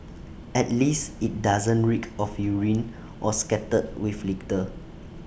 at least IT doesn't reek of urine or scattered with litter